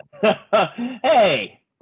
Hey